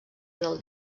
del